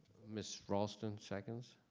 miss raulston seconds